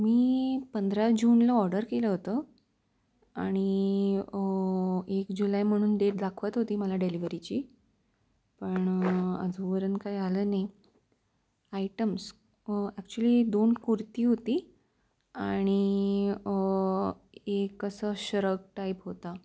मी पंधरा जूनला ऑर्डर केलं होतं आणि एक जुलै म्हणून डेट दाखवत होती मला डेलवरीची पण अजूवरून काय आलं नाही आयटम्स ॲक्चुली दोन कुर्ती होती आणि एक असं श्रग टाईप होता